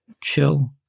chill